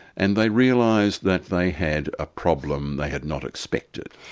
and they realised that they had a problem they had not expected.